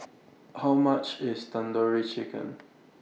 How much IS Tandoori Chicken